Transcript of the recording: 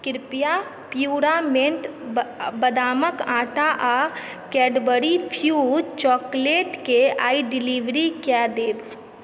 कृप्या प्यूरामेट बदामक आटा आ कैडबरी फ्यूज चॉकलेटकेँ आइ डिलीवरी कए देब